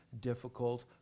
difficult